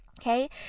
Okay